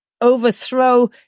overthrow